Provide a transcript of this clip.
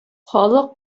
халык